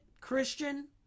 Christian